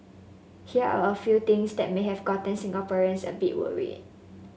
here are a few things that may have gotten Singaporeans a bit worried